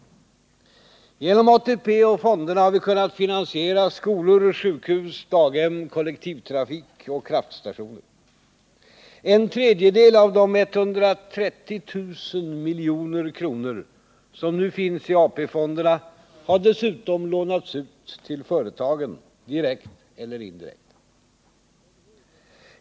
Genom ATP och fonderna har vi kunnat finansiera skolor, sjukhus, daghem, kollektivtrafik och kraftstationer. En tredjedel av de 130 000 milj.kr. som nu finns i ATP-fonderna har dessutom kunnat lånas ut till företagen, direkt eller indirekt.